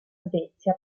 svezia